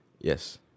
Yes